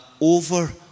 over